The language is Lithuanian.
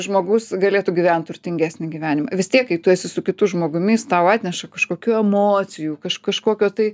žmogus galėtų gyvent turtingesnį gyvenimą vis tiek kai tu esi su kitu žmogumi jis tau atneša kažkokių emocijų kažkokio tai